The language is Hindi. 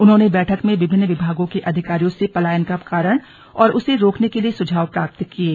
उन्होंने बैठक में विभिन्न विभागों के अधिकारियों से पलायन का कारण और उसे रोकने के लिए सुझाव प्राप्त किये